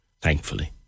thankfully